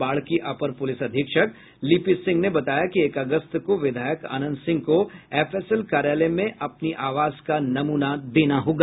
बाढ़ की अपर पुलिस अधीक्षक लिपि सिंह ने बताया कि एक अगस्त को विधायक अनंत सिंह को एफएसएल कार्यालय में अपनी आवाज का नमूना देना होगा